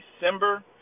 December